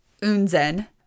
Unzen